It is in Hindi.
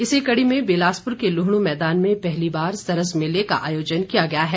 इसी कड़ी में बिलासपुर के लुहणू मैदान में पहली बार सरस मेले का आयोजन किया गया है